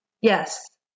Yes